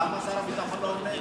אבל למה שר הביטחון לא עונה?